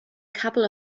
couple